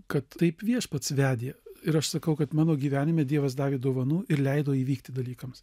kad taip viešpats vedė ir aš sakau kad mano gyvenime dievas davė dovanų ir leido įvykti dalykams